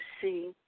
see